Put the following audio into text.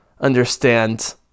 understand